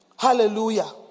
Hallelujah